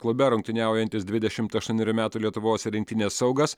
klube rungtyniaujantis dvidešimt aštuonerių metų lietuvos rinktinės saugas